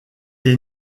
est